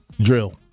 Drill